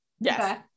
Yes